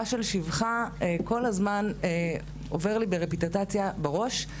של שפחה' כל הזמן עובר לי ברפפיטיביות בראש,